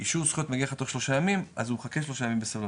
אישור זכויות מגיע לך תוך שלושה ימים אז הוא מחכה שלושה ימים בסבלנות,